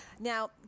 now